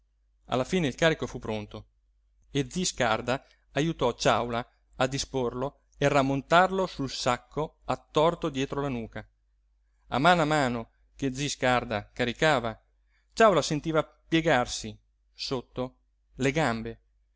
alla fine il carico fu pronto e zi scarda ajutò ciàula a disporlo e rammontarlo sul sacco attorto dietro la nuca a mano a mano che zi scarda caricava ciàula sentiva piegarsi sotto le gambe